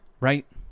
right